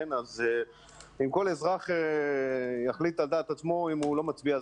אז אם כל אזרח יחליט על דעת עצמו שהוא לא מצביע,